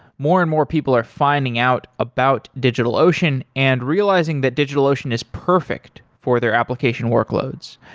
more and more people are finding out about digitalocean and realizing that digitalocean is perfect for their application workloads.